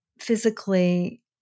physically